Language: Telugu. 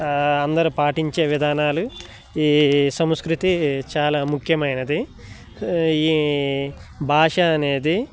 అందరూ పాటించే విధానాలు ఈ సంస్కృతి చాలా ముఖ్యమైనది ఈ భాష అనేది